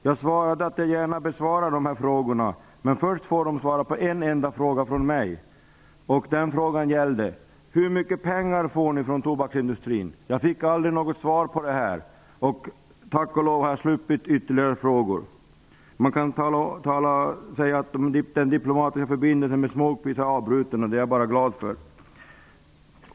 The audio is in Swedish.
Jag svarade att jag gärna besvarade frågorna men att Smokepeace först skulle besvara en fråga från mig: Hur mycket pengar får ni från tobaksindustrin? Jag fick aldrig något svar och har tack och lov sluppit ytterligare frågor. Man kan säga att mina diplomatiska förbindelser med Smokepeace är avbrutna, och det är jag bara glad för.